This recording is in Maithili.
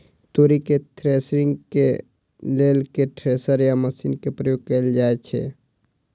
तोरी केँ थ्रेसरिंग केँ लेल केँ थ्रेसर या मशीन केँ प्रयोग कैल जाएँ छैय?